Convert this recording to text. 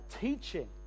teaching